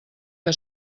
que